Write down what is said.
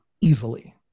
easily